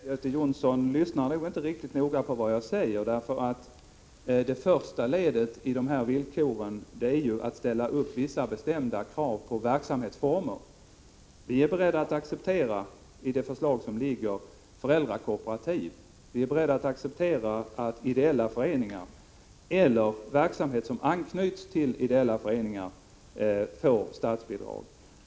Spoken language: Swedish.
Herr talman! Göte Jonsson lyssnar nog inte riktigt på vad jag säger. Det första ledet i de här villkoren är vissa bestämda krav på verksamhetsformer. I det förslag som ligger är vi beredda att acceptera att föräldrakooperativ, ideella föreningar eller verksamheter som anknyts till ideella föreningar får statsbidrag.